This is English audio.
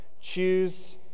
Choose